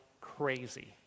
crazy